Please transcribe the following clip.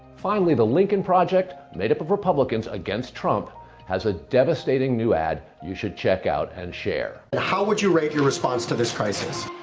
finally the lincoln project made up of republicans against trump has a devastating new ad you should check out and share. and how would you rate your response to this crisis?